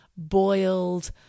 boiled